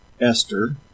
Esther